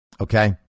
okay